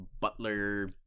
butler